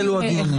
החלו הדיונים.